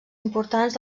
importants